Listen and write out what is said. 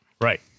Right